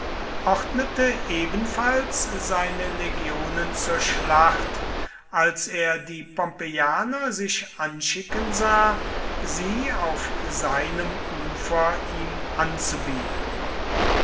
ordnete ebenfalls seine legionen zur schlacht als er die pompeianer sich anschicken sah sie auf seinem ufer ihm anzubieten